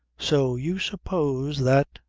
so you suppose that.